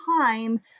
time